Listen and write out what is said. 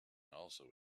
also